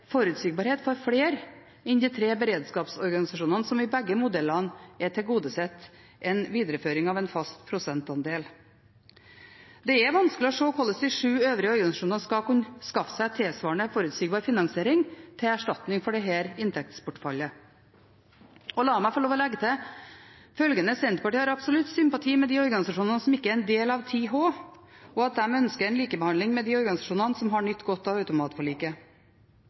forutsigbarhet for flere enn de tre beredskapsorganisasjonene som i begge modellene er tilgodesett en videreføring av en fast prosentandel. Det er vanskelig å se hvordan de sju øvrige organisasjonene skal kunne skaffe seg tilsvarende forutsigbar finansiering til erstatning for dette inntektsbortfallet. La meg få lov til å legge til følgende: Senterpartiet har absolutt sympati med de organisasjonene som ikke er en del av 10H, og at de ønsker en likebehandling med de organisasjonene som har nytt godt av automatforliket.